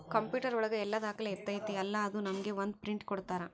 computer ಒಳಗ ಎಲ್ಲ ದಾಖಲೆ ಇರ್ತೈತಿ ಅಲಾ ಅದು ನಮ್ಗೆ ಒಂದ್ ಪ್ರಿಂಟ್ ಕೊಡ್ತಾರ